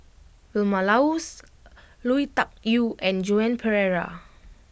Vilma Laus Lui Tuck Yew and Joan Pereira